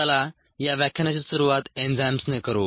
चला या व्याख्यानाची सुरुवात एन्झाइम्सने करू